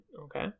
okay